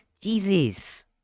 Jesus